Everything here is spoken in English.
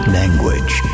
language